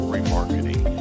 Remarketing